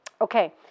Okay